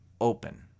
open